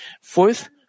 fourth